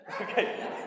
Okay